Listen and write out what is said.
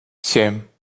семь